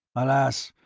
alas!